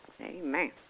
Amen